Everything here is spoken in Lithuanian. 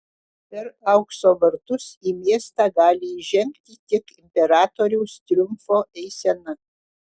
per aukso vartus į miestą gali įžengti tik imperatoriaus triumfo eisena